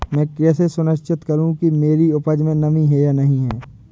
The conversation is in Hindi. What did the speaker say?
मैं कैसे सुनिश्चित करूँ कि मेरी उपज में नमी है या नहीं है?